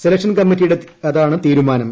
selection കമ്മിറ്റിയുടെതാണ് തീരുമാനം